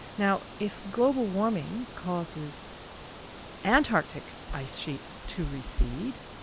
now if global warming causes antarctic ice sheets to recede,